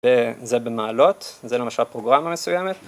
וזה במעלות, זה למשל פרוגרמה מסוימת.